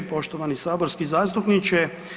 Poštovani saborski zastupniče.